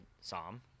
psalm